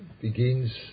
begins